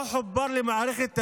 לא חובר למערכת הביוב.